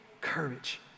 courage